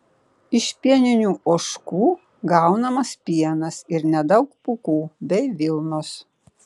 iš pieninių ožkų gaunamas pienas ir nedaug pūkų bei vilnos